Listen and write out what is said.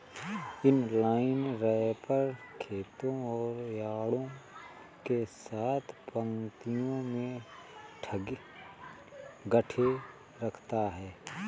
inline wrapper खेतों और यार्डों के साथ पंक्तियों में गांठें रखता है